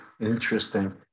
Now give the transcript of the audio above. Interesting